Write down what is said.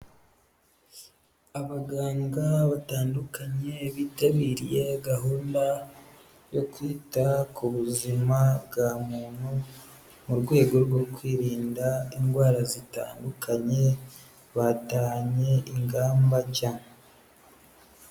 Abaganga batandukanye bitabiriye gahunda yo kwita ku buzima bwa muntu, mu rwego rwo kwirinda indwara zitandukanye, batahanye ingamba shya.